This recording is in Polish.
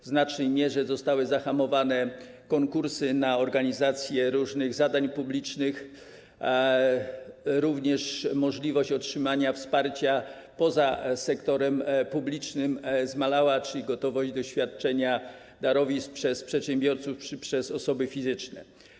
W znacznej mierze zostały zahamowane konkursy na organizację różnych zadań publicznych, zmalała również możliwość otrzymania wsparcia poza sektorem publicznym, czyli gotowość do świadczenia darowizn przez przedsiębiorców czy przez osoby fizyczne.